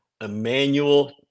Emmanuel